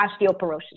osteoporosis